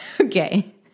okay